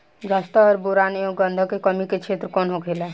जस्ता और बोरान एंव गंधक के कमी के क्षेत्र कौन होखेला?